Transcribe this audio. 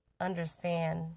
understand